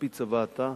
על-פי צוואתה,